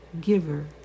giver